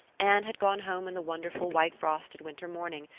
anne had gone home in the wonderful, white-frosted winter morning,